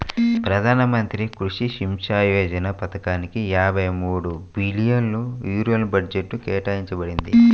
ప్రధాన మంత్రి కృషి సించాయ్ యోజన పథకానిక యాభై మూడు బిలియన్ యూరోల బడ్జెట్ కేటాయించబడింది